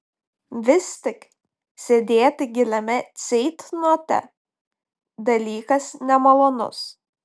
vis tik sėdėti giliame ceitnote dalykas nemalonus